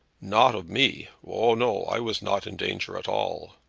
not of me oh, no i was not in danger at all.